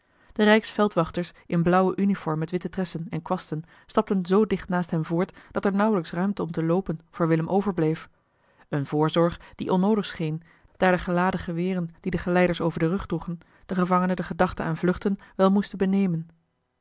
de rijksveldwachters in blauwe uniform met witte tressen en kwasten stapten zoo dicht naast hem voort dat er nauwelijks ruimte om te loopen voor willem overeli heimans willem roda bleef eene voorzorg die onnoodig scheen daar de geladen geweren die de geleiders over den rug droegen den gevangene de gedachte aan vluchten wel moesten benemen